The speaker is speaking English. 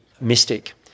mystic